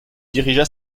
dirigea